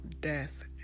death